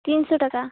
ତିନିଶହ ଟଙ୍କା